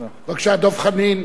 בבקשה, דב חנין,